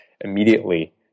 immediately